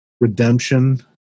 redemption